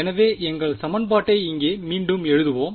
எனவே எங்கள் சமன்பாட்டை இங்கே மீண்டும் எழுதுவோம்